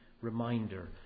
reminder